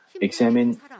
examine